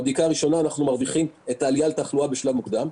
בבדיקה הראשונה אנחנו מרוויחים עלייה על תחלואה בשלב מוקדם.